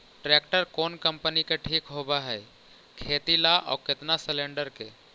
Tractor कोन company के ठीक होब है खेती ल औ केतना सलेणडर के?